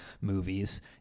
movies